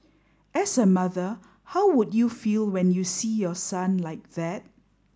as a mother how would you feel when you see your son like that